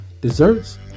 desserts